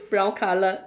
brown colour